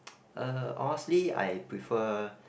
uh honestly I prefer